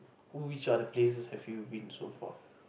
which other places have you been so far